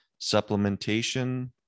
supplementation